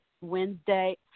Wednesday